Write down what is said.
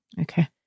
Okay